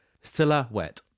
silhouette